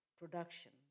production